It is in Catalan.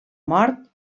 mort